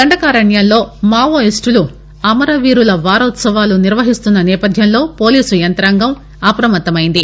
దండకారణ్యంలో మావోయిస్టులు అమరవీరుల వారోత్సవాలను నిర్వహిస్తున్న నేపథ్యంలో పోలీసు యంత్రాంగం అప్రమత్తమైంది